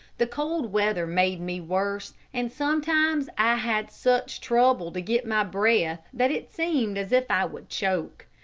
the cold weather made me worse, and sometimes i had such trouble to get my breath that it seemed as if i would choke.